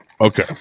Okay